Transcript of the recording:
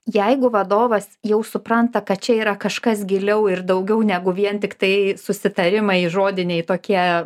jeigu vadovas jau supranta kad čia yra kažkas giliau ir daugiau negu vien tiktai susitarimai žodiniai tokie